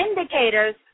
indicators